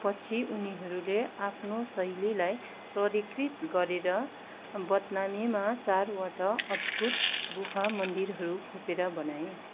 पछि उनीहरूले आफ्नो शैलीलाई परिकृत गरेर बदनामीमा चारवटा अद्भुत गुफा मन्दिरहरू खोपेर बनाए